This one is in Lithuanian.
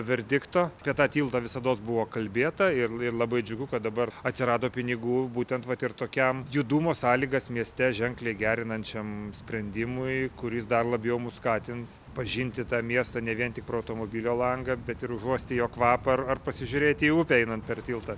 verdikto apie tą tiltą visados buvo kalbėta ir ir labai džiugu kad dabar atsirado pinigų būtent vat ir tokiam judumo sąlygas mieste ženkliai gerinančiam sprendimui kuris dar labiau mus skatins pažinti tą miestą ne vien pro automobilio langą bet ir užuosti jo kvapą ar ar pasižiūrėti į upę einant per tiltą